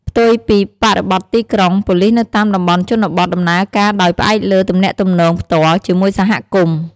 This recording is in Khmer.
ផ្ទុយពីបរិបទទីក្រុង ប៉ូលិសនៅតាមតំបន់ជនបទដំណើរការដោយផ្អែកលើ ទំនាក់ទំនងផ្ទាល់ ជាមួយសហគមន៍។